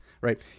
right